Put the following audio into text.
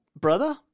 brother